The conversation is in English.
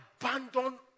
abandon